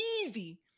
easy